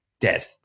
Dead